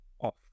off